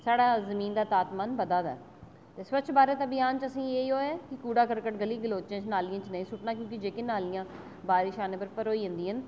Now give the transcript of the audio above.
साढ़ा जमीन दा तापमान बधै दा ऐ ते स्वच्छ भारत अभियान च असें ई इ'यो ऐ कि कूड़ा कर्कट गली गलोचे च नालियें च नेईं सुट्टना क्येंकि जेह्की नालियां बारिश च आने पर परोई जंदियां न